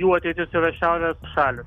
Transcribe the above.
jų ateitis yra šiaurės šaly